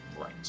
Right